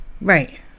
Right